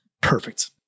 Perfect